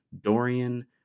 Dorian